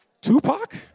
Tupac